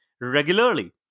regularly